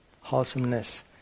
wholesomeness